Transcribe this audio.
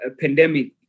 pandemic